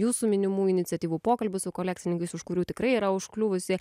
jūsų minimų iniciatyvų pokalbių su kolekcininkais už kurių tikrai yra užkliuvusi